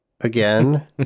again